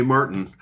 Martin